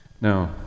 Now